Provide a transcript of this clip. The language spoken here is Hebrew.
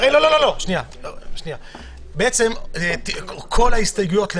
כל ההסתייגויות,